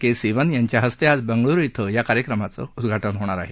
के सिवन यांच्या हस्ते आज बंगळुरु ॐ या उपक्रमाचं उद्घाटन होणार आहे